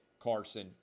Carson